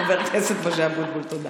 חבר הכנסת משה אבוטבול, תודה.